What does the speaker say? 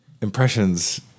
impressions